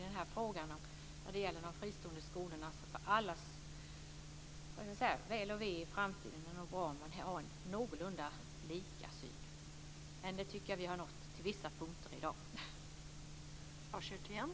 Men i fråga om de fristående skolorna är det nog bra, för allas väl och ve i framtiden, att man har en någorlunda lika syn. Jag tycker att vi har nått det på vissa punkter i dag.